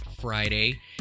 friday